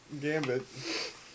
Gambit